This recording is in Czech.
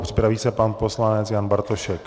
Připraví se poslanec Jan Bartošek.